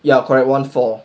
ya correct one four